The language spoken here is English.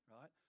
Right